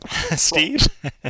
Steve